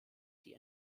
die